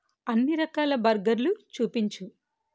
అన్ని రకాల బర్గర్లు చూపించు